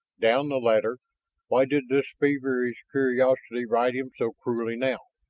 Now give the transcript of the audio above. down the ladder why did this feverish curiosity ride him so cruelly now?